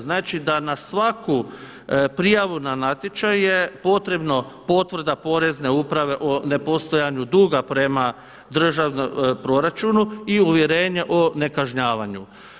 Znači da na svaku prijavu na natječaj je potrebno potvrda porezne uprave o nepostojanju duga prema proračunu i uvjerenje o nekažnjavanju.